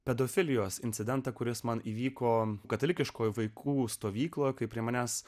pedofilijos incidentą kuris man įvyko katalikiškoje vaikų stovykloje kai prie manęs